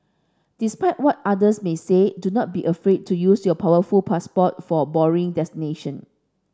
despite what others may say do not be afraid to use your powerful passport for boring destination